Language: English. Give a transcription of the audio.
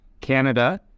Canada